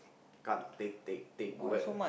cut take take take take wet